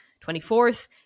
24th